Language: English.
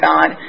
God